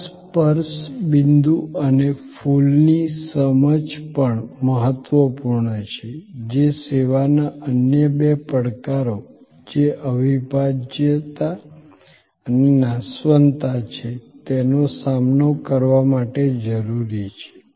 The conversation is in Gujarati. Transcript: આ સ્પર્શ બિંદુ અને ફૂલની સમજ પણ મહત્વપૂર્ણ છે જે સેવાના અન્ય બે પડકારો જે અવિભાજ્યતા અને નાશવંતતા છે તેનો સામનો કરવા માટે જરૂરી છે